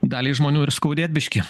daliai žmonių ir skaudėt biški